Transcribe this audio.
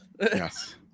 Yes